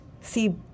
see